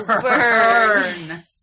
burn